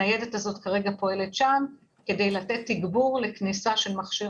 הניידת הזאת פועלת כרגע שם כדי לתת תגבור לכניסה של מכשיר